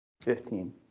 fifteen